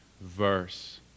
verse